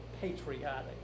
patriotic